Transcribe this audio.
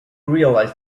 realise